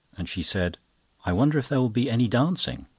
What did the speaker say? and she said i wonder if there will be any dancing?